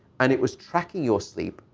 and it was tracking your sleep.